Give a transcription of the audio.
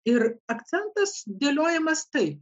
ir akcentas dėliojamas taip